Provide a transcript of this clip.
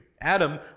Adam